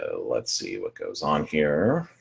ah let's see what goes on here.